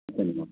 धन्यवादः